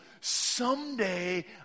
someday